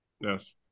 Yes